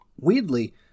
weirdly